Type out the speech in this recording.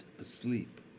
asleep